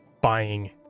buying